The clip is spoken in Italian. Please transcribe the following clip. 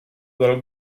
dal